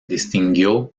distinguió